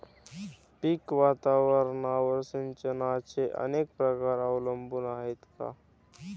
पीक वातावरणावर सिंचनाचे अनेक प्रकार अवलंबून आहेत का?